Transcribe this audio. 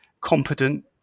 competent